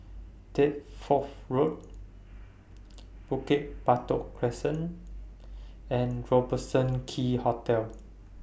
Deptford Road Bukit Batok Crescent and Robertson Quay Hotel